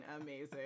amazing